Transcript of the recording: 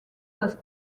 was